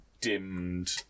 Dimmed